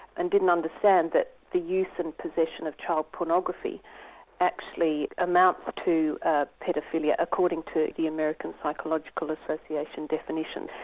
and didn't understand that the use and possession of child pornography actually amounts to ah paedephilia, according to the american psychological association definition.